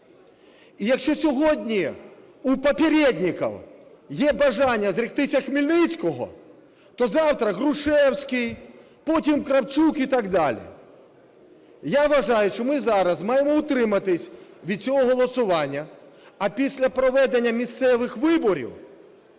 І якщо сьогодні у попередников є бажання зректися Хмельницького, то завтра Грушевський, потім Кравчук і так далі. Я вважаю, що ми зараз маємо утриматись від цього голосування, а після проведення місцевих виборів